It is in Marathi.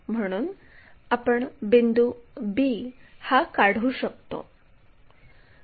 म्हणून आपण बिंदू b हा काढू शकतो